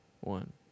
One